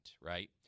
right